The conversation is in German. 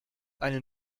einen